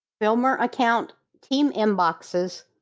filmer account, team inboxes,